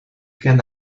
can